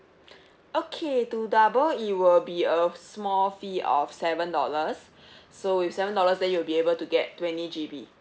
okay to double it will be a small fee of seven dollars so with seven dollars then you'll be able to get twenty G_B